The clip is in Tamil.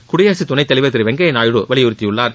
குடியரசுத் துணைத் தலைவர் திரு வெங்கய்யா நாயுடு வலியுறுத்தியுள்ளார்